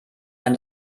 ein